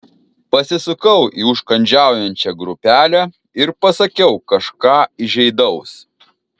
pasisukau į užkandžiaujančią grupelę ir pasakiau kažką įžeidaus